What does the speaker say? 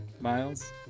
Miles